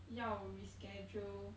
要 reschedule